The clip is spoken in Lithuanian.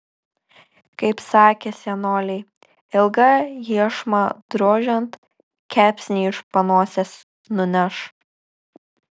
kaip sakė senoliai ilgą iešmą drožiant kepsnį iš panosės nuneš